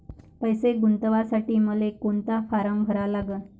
पैसे गुंतवासाठी मले कोंता फारम भरा लागन?